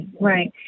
right